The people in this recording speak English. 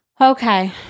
Okay